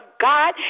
God